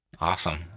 Awesome